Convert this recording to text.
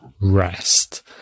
rest